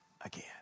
again